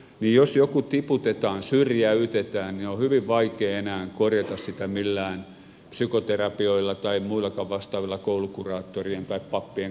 jos joku tiputetaan syrjäytetään niin on hyvin vaikea enää korjata sitä millään psykoterapioilla tai muillakaan vastaavilla koulukuraattorien tai pappienkaan palveluilla